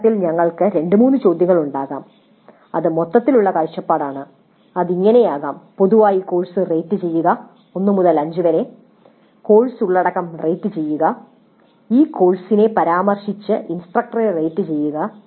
തുടക്കത്തിൽ ഞങ്ങൾക്ക് 2 3 ചോദ്യങ്ങളുണ്ടാകാം അത് മൊത്തത്തിലുള്ള കാഴ്ച്ചപ്പാടാണ് അത് ഇങ്ങനെയാകാം പൊതുവായി കോഴ്സ് റേറ്റുചെയ്യുക 1 മുതൽ 5 വരെ കോഴ്സ് ഉള്ളടക്കം റേറ്റുചെയ്യുക ഈ കോഴ്സിനെ പരാമർശിച്ച് ഇൻസ്ട്രക്ടറെ റേറ്റുചെയ്യുക